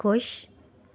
खुश